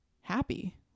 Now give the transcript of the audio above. happy